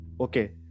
Okay